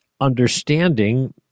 understanding